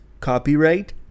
Copyright